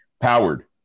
Powered